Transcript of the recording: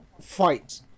fight